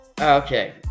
Okay